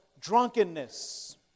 drunkenness